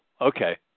Okay